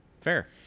Fair